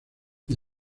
the